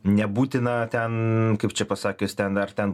nebūtina ten kaip čia pasakius ten ar ten